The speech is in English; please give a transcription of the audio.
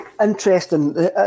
Interesting